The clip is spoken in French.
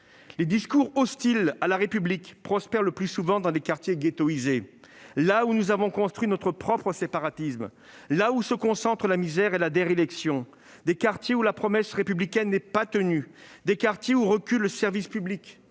Les discours hostiles à la République prospèrent le plus souvent dans des quartiers ghettoïsés, là où nous avons construit notre propre séparatisme, là où se concentrent la misère et la déréliction, dans des quartiers où la promesse républicaine n'est pas tenue, où le service public